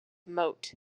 moat